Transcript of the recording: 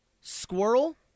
squirrel